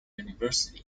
university